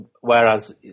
whereas